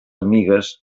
amigues